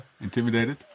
intimidated